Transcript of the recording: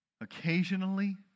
Occasionally